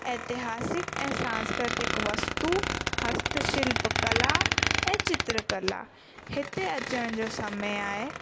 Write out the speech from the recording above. एतिहासिक ऐं सांस्कृतिक वस्तु हस्तशिल्प कला ऐं चित्रकला हिते अचण जो समय आहे